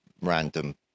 random